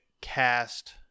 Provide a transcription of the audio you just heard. cast